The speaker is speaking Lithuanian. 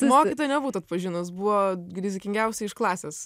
mokytoja nebūtų atpažinus buvo rizikingiausia iš klasės